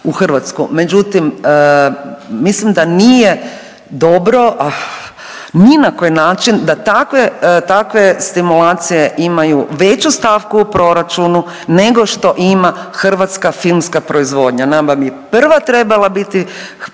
Međutim, mislim da nije dobro ni na koji način da takve stimulacije imaju veću stavku u proračunu nego što ima hrvatska filmska proizvodnja. Nama bi prva trebala biti proizvodnja